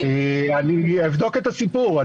אני אבדוק את הסיפור,